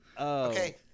Okay